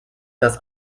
das